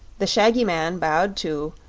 the shaggy man bowed, too,